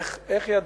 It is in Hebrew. איך ידענו?